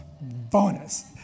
Bonus